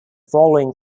following